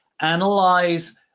analyze